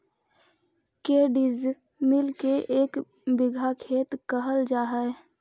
के डिसमिल के एक बिघा खेत कहल जा है?